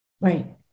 right